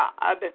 God